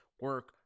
Work